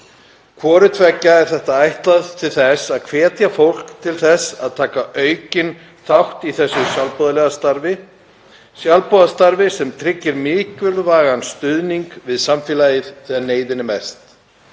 Hvort tveggja er ætlað til þess að hvetja fólk til að taka aukinn þátt í þessu sjálfboðaliðastarfi sem tryggir mikilvægan stuðning við samfélagið þegar neyðin er mest.